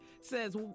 says